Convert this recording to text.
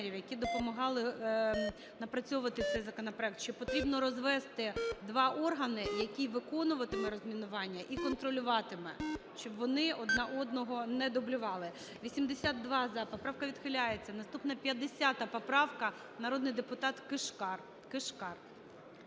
які допомагали напрацьовувати цей законопроект, що потрібно розвести два органи, який виконуватиме розмінування і контролюватиме, щоб вони один одного не дублювали. 11:24:39 За-82 Поправка відхиляється. Наступна 50 поправка. Народний депутат Кишкар.